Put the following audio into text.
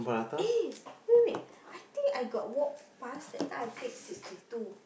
eh wait wait I think I got walk past that time I take sixty two